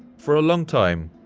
for a long time,